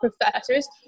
professors